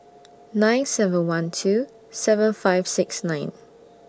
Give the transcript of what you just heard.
nine seven one two seven five six nine